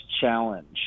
challenge